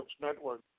Network